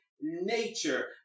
nature